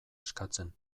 eskatzen